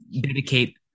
dedicate